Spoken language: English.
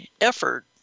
effort